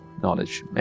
Knowledge